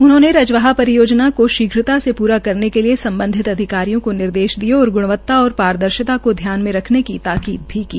उन्होंने रजवाहा परियोजना को शीघ्रता से पूरा करने के लिये सम्बधित अधिकारियों को निर्देश दिये और गृण्वता और पारदर्शिता का ध्यान रखने की ताकीद भी दी